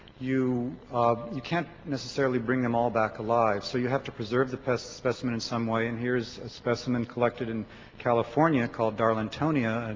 you you can't necessarily bring them all back alive so you have to preserve the specimen in some way and here's a specimen collected in california called darlingtonia, and